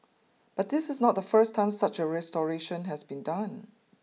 but this is not the first time such a restoration has been done